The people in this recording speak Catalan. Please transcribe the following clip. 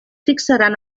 fixaran